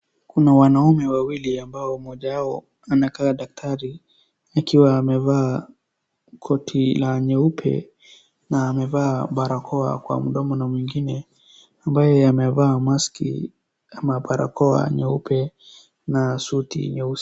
Kuna wanaume wawili ambao mmoja wao anakaa daktari akiwa amevaa koti nyeupe na amevaa barakoa kwa mdomo na mwingine ambaye amevaa maski ama barakoa nyeupe na suti nyeusi.